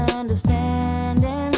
understanding